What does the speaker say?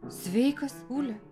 sveikas ule